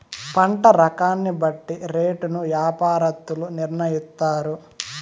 పంట రకాన్ని బట్టి రేటును యాపారత్తులు నిర్ణయిత్తారు